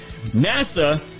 NASA